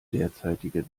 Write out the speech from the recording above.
derzeitige